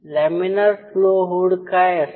laminar flow hood काय असते